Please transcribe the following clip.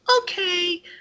okay